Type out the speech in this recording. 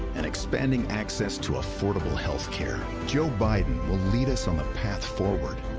and expanding access to affordable health care. joe biden will lead us on the path forward,